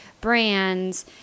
brands